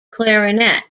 clarinet